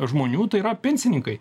žmonių tai yra pensininkai